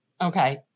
Okay